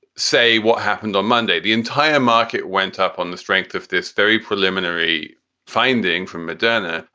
say, what happened on monday, the entire market went up on the strength of this very preliminary finding from madina.